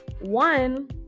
One